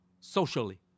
socially